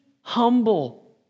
humble